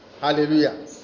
Hallelujah